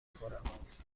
خورم